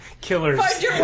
killers